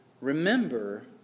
remember